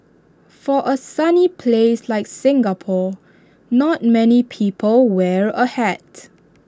for A sunny place like Singapore not many people wear A hat